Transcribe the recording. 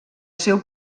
seu